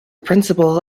principal